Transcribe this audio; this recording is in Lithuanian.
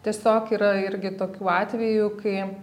tiesiog yra irgi tokių atvejų kai